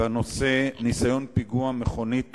הנושא הזה הוא בעיה לא